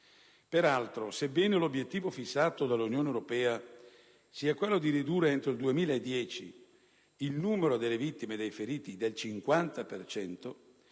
Peraltro, sebbene l'obiettivo fissato dall'Unione europea sia quello di ridurre, entro il 2010, il numero delle vittime e dei feriti del 50